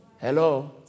Hello